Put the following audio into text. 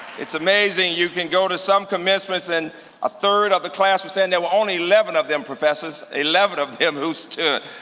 it's amazing. you can go to some commencements and a third of the class will stand. there were only eleven of them, professors, eleven of who stood.